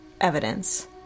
evidence